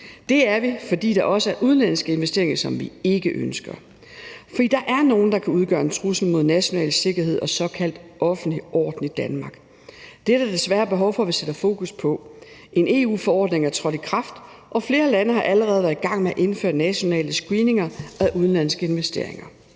Det er vi, fordi der også er udenlandske investeringer, som vi ikke ønsker. For der er nogle, der kan udgøre en trussel mod national sikkerhed og såkaldt offentlig orden i Danmark. Det er der desværre behov for at vi sætter fokus på. En EU-forordning er trådt i kraft, og flere lande har allerede været i gang med at indføre nationale screeninger af udenlandske investeringer.